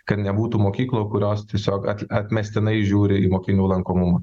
kad nebūtų mokyklų kurios tiesiog atmestinai žiūri į mokinių lankomumą